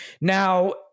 Now